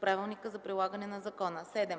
правилника за прилагане на закона; 7.